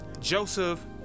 Joseph